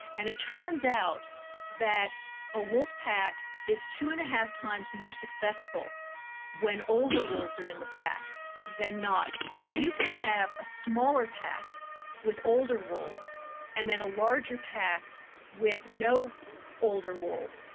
and it turns out that a wolf pack is two and half times more successful when older wolves are in the pack than not. so you can have a smaller pack with older wolves and then a larger pack with no older wolves,